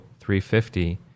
350